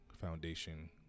Foundation